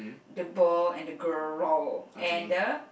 the ball and the girl roar and the